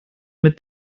mit